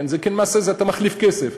למעשה, אתה מחליף כסף.